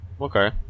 okay